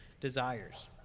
desires